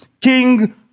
King